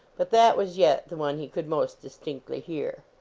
but that was yet the one he could most dis tinctly hear.